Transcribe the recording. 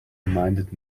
reminded